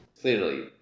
Clearly